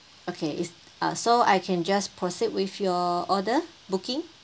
okay it's uh so I can just proceed with your order booking